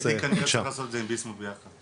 כנראה הייתי צריך לעשות את זה עם ביסמוט ביחד.